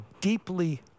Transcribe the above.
deeply